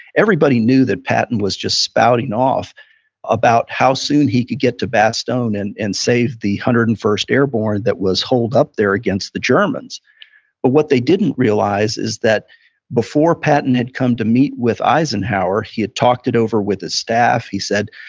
everybody knew that patton was just spouting off about how soon he can get to bastogne and and save the one hundred and first airborne that was holed up there against the germans well, what they didn't realize is that before patton had come to meet with eisenhower, he had talked it over with his staff, he said,